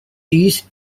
these